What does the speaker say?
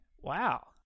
Wow